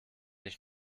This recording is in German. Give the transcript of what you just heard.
ich